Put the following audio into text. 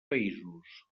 països